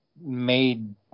made